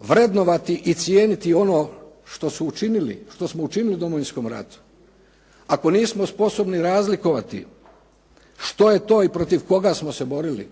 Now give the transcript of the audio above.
vrednovati i cijeniti ono što smo učinili u Domovinskom ratu, ako nismo sposobni razlikovati što je to i protiv koga smo se borili,